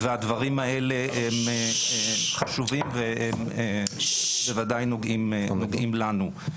והדברים האלה הם חשובים ובוודאי נוגעים לנו.